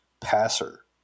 passer